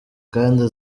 kandi